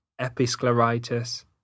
episcleritis